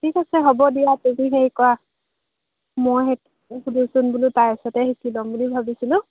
ঠিক আছে হ'ব দিয়া তুমি হেৰি কৰা মই সেইটোকে সুধোঁচোন বোলো তাইৰ ওচৰতে শিকি ল'ম বুলি ভাবিছিলোঁ